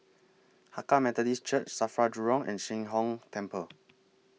Hakka Methodist Church SAFRA Jurong and Sheng Hong Temple